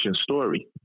story